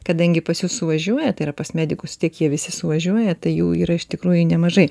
kadangi pas jus suvažiuoja tai yra pas medikus tik jie visi suvažiuoja tai jų yra iš tikrųjų nemažai